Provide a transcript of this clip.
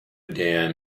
dam